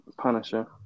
punisher